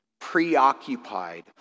preoccupied